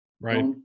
Right